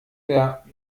der